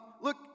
look